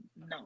no